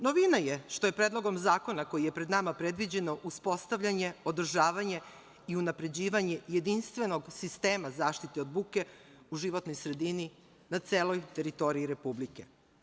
Novina je što je predlogom zakona koji je pred nama predviđeno uspostavljanje, održavanje i unapređivanje jedinstvenog sistema zaštite od buke u životnoj sredini na celoj teritoriji republike.